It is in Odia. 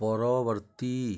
ପରବର୍ତ୍ତୀ